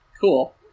cool